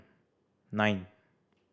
nine